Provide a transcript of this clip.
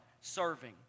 Serving